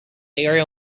area